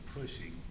pushing